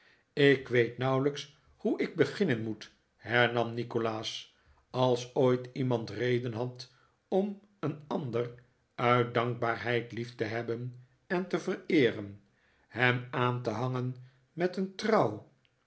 ik weet nauwelijks hoe ik beginnen moet hernam nikolaas als ooit iemand reden had om een ander uit dankbaarheid lief te hebben en te vereeren hem aan te hangen met een trouw